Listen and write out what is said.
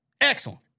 excellent